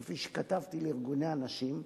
כפי שכתבתי לארגוני הנשים,